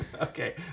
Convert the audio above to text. Okay